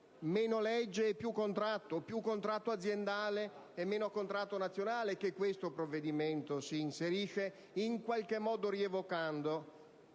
meno legge e più contratto, più contratto aziendale e meno contratto nazionale) che questo provvedimento si inserisce, in qualche modo rievocando